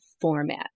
format